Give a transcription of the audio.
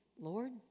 Lord